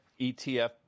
ETF